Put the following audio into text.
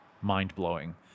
mind-blowing